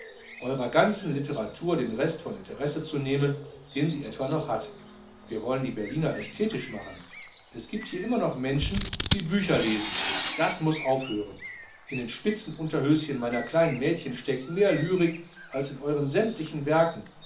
eurer ganzen literatur den rest von interesse zu nehmen den sie etwa noch hat wir wollen die berliner ästhetisch machen es giebt hier immer noch menschen die bücher lesen das muß aufhören in den spitzenunterhöschen meiner kleinen mädchen steckt mehr lyrik als in euren sämtlichen werken